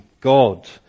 God